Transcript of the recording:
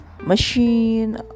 machine